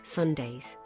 Sundays